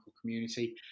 community